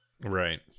right